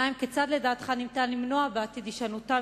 2. כיצד לדעתך אפשר למנוע בעתיד הישנותן